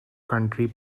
country